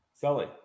Sully